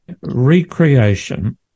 recreation